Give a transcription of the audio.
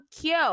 cute